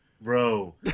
Bro